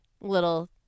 little